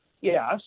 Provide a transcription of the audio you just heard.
Yes